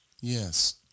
Yes